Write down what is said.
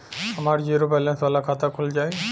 हमार zero balance वाला खाता खुल जाई?